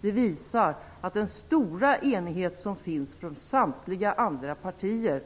Det visar att den stora enighet som finns från samtliga andra partier,